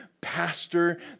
pastor